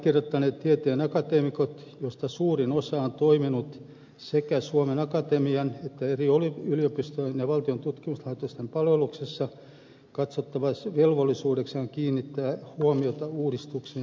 allekirjoittaneet tieteen akateemikot joista suurin osa on toiminut sekä suomen akatemian että eri yliopistojen ja valtion tutkimuslaitosten palveluksessa katsovat velvollisuudekseen kiinnittää huomiota uudistuksen sisältämiin riskeihin